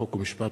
חוק ומשפט.